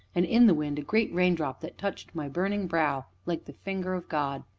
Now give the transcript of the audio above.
and in the wind a great raindrop that touched my burning brow like the finger of god.